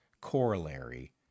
corollary